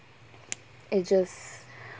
ages